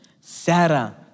Sarah